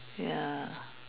ya